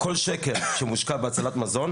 כל שקל שמושקע בהצלת מזון,